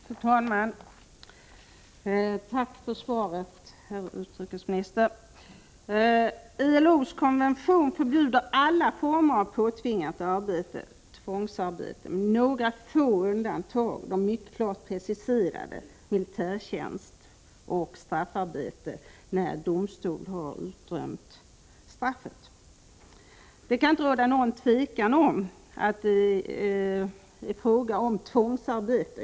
Fru talman! Jag tackar för svaret, herr utrikesminister. ILO-konventionen förbjuder alla former av påtvingat arbete, tvångsarbete — med några få undantag, som är mycket klart preciserade: militärtjänst och straffarbete när domstol har utdömt straffet. Det kan inte råda något tvivel om att det är fråga om tvångsarbete.